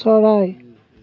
চৰাই